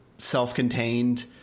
self-contained